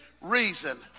reason